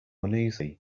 uneasy